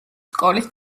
სკოლის